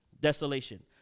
desolation